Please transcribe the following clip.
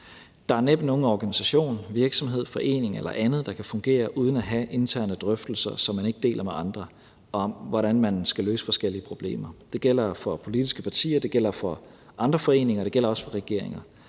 Der er næppe nogen organisation, virksomhed, forening eller andet, der kan fungere uden at have interne drøftelser, som man ikke deler med andre, om, hvordan man skal løse forskellige problemer. Det gælder for politiske partier, det gælder for andre foreninger, og det gælder også for regeringer.